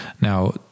Now